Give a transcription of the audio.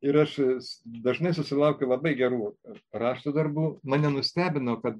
ir aš dažnai susilaukiu labai gerų rašto darbų mane nustebino kad